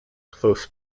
close